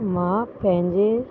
मां पंहिंजे